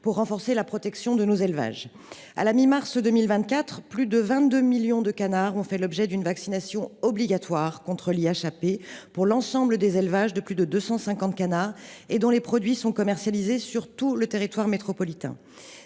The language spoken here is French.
pour renforcer la protection des élevages. À la mi mars 2024, plus de 22 millions de canards ont fait l’objet d’une vaccination obligatoire contre l’IAHP pour l’ensemble des élevages de plus de 250 canards dont les produits sont commercialisés sur tout le territoire métropolitain.